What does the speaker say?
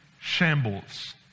shambles